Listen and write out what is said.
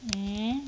mm